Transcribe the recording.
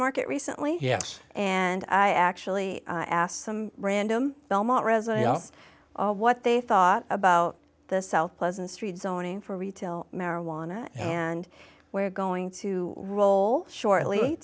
market recently yes and i actually asked some random belmont residence what they thought about the south pleasant street zoning for retail marijuana and where going to roll shortly